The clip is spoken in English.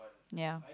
ya